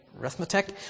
arithmetic